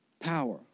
Power